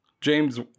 James